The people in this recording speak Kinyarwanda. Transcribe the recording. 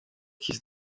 kiss